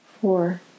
four